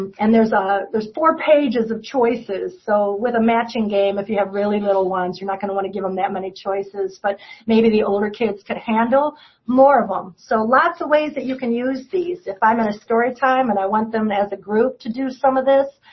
and there's ah there's four pages of choices. so with a matching game, if you have really little ones, you're not going to want to give them that many choices. but maybe the older kids could handle more of them. so lots of ways that you can use these. if i'm in a story time, and i want them as a group to do some of this,